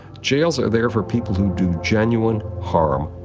jails are there for people who do genuine harm.